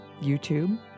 YouTube